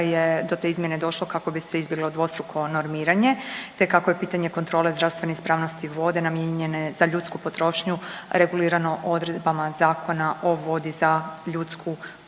je do te izmjene došlo kako bi se izbjeglo dvostruko normiranje te kako je pitanje kontrole zdravstvene ispravnosti vode namijenjene za ljudsku potrošnju regulirano odredbama Zakona o vodi za ljudsku potrošnju.